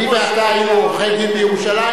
אני ואתה היינו עורכי-דין בירושלים,